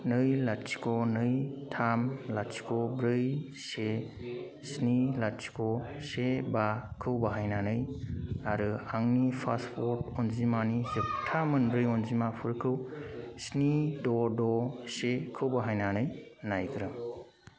नै लाथिख' नै थाम लाथिख' ब्रै से स्नि लाथिख' से बाखौ बाहायनानै आरो आंनि पासपर्ट अनजिमानि जोबथा मोनब्रै अनजिमाफोरखौ स्नि द' द' सेखौ बाहायनानै नायग्रोम